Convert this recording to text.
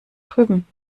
drüben